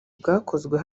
bwakozwe